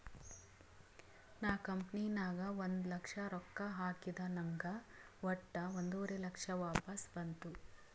ನಾ ಕಂಪನಿ ನಾಗ್ ಒಂದ್ ಲಕ್ಷ ರೊಕ್ಕಾ ಹಾಕಿದ ನಂಗ್ ವಟ್ಟ ಒಂದುವರಿ ಲಕ್ಷ ವಾಪಸ್ ಬಂತು